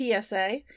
PSA